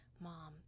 mom